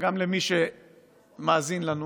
גם למי שמאזין לנו